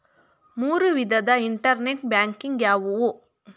ಮೂರು ವಿಧದ internet banking ಯಾವುವು?